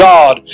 God